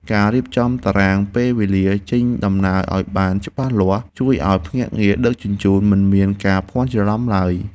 ការរៀបចំតារាងពេលវេលាចេញដំណើរឱ្យបានច្បាស់លាស់ជួយឱ្យភ្នាក់ងារដឹកជញ្ជូនមិនមានការភាន់ច្រឡំឡើយ។